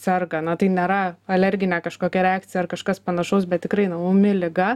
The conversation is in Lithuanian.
serga na tai nėra alerginė kažkokia reakcija ar kažkas panašaus bet tikrai na ūmi liga